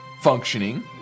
functioning